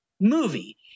movie